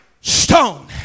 stone